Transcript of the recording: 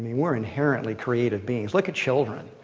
we're inherently creative beings. look at children.